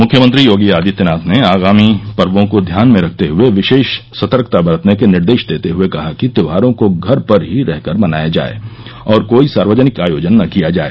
मुख्यमंत्री योगी आदित्यनाथ ने आगामी पर्वो को ध्यान में रखते हुए विशेष सतर्कता बरतने के निर्देश देते हुए कहा कि त्यौहारों को घर पर ही रेहकर मनाया जाय और कोई सार्वजनिक आयोजन न किया जाए